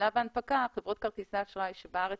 ובשלב ההנפקה חברות כרטיסי האשראי שבארץ